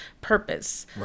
purpose